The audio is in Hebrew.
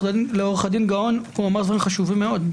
דין גאון הוא אמר דברים חשובים מאוד.